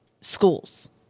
schools